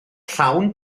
llawn